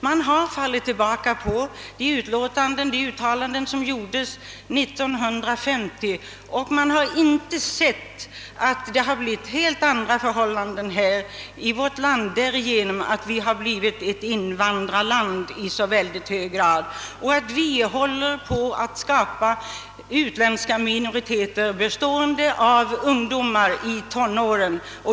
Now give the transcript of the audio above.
Man har fallit tillbaka på de uttalanden som gjordes 1950, och man har inte beaktat att förhållandena har blivit helt andra därigenom att Sverige nu i så hög grad är ett invandrarland och att det håller på att skapas utländska minoriteter med många ungdomar i tonåren.